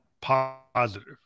positive